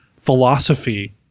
philosophy